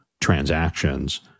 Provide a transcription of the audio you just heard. transactions